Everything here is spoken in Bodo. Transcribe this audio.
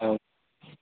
औ